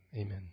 Amen